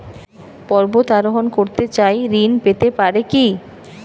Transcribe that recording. পর্বত আরোহণ করতে চাই ঋণ পেতে পারে কি?